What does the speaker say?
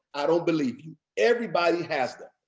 i don't believe you, everybody has them.